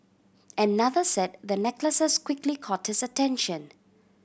another said the necklaces quickly caught his attention